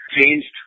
changed